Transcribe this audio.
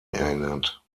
erinnert